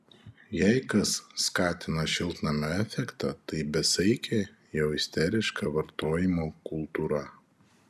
jei kas skatina šiltnamio efektą tai besaikė jau isteriška vartojimo kultūra